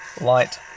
light